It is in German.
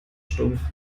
stumpf